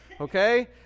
okay